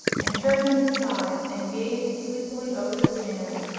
and turned on his side and gazed sleepily over the sand.